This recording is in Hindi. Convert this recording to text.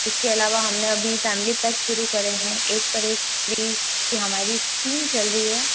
इसके अलावा हमने अभी फ़ैमिली पैक शुरू करे हैं एक पर एक फ्री हमारी स्कीम चल रही है